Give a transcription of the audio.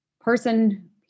person